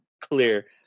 clear